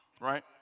right